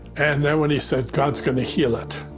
and then when he said god is going to heal it,